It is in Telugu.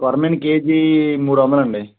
కొరమీను కేజీ మూడు వందలు అండి